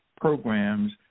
programs